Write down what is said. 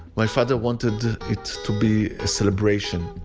my father wanted it to be a celebration.